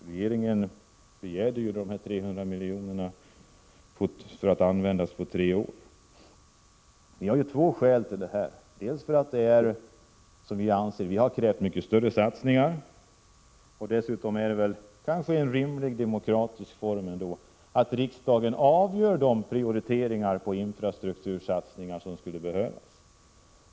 Regeringen begärde 300 miljoner, att användas på tre år. Vi har krävt mycket större satsningar, och dessutom är det väl en rimlig demokratisk form att riksdagen avgör vilka infrastruktursatsningar som skall prioriteras.